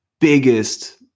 biggest